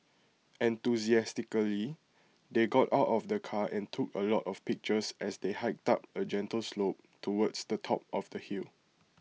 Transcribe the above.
enthusiastically they got out of the car and took A lot of pictures as they hiked up A gentle slope towards the top of the hill